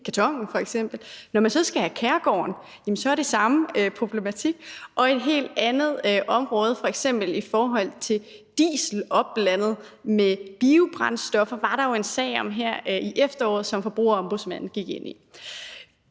Når man så skal have Kærgården, jamen så er det samme problematik. Og på et helt andet område, nemlig i forhold til diesel opblandet med biobrændstoffer, var der her i efteråret en sag, som Forbrugerombudsmanden gik ind i.